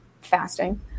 fasting